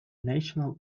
national